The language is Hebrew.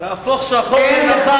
מאיפה